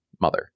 mother